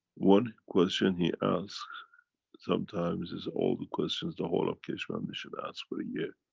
one question he asks sometimes is all the questions the whole of keshe foundation ask for a year.